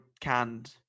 canned